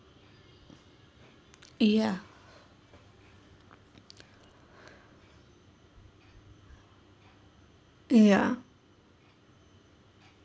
ya ya